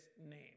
name